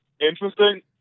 interesting